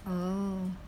oh